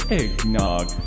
eggnog